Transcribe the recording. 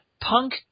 Punk